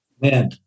Man